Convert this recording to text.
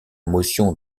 motion